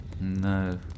No